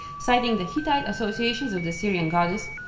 citing the hittite associations of the syrian goddess,